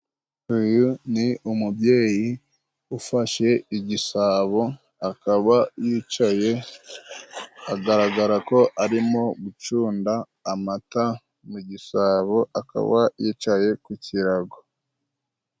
Uyu ni umubyeyi ufashe igisabo akaba yicaye agaragara ko arimo gucunda amata mu gisabo, akaba yicaye ku kirago.